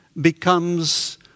becomes